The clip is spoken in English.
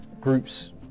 groups